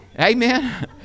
Amen